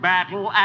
Battle